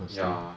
ya